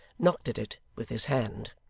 knocked at it with his hand.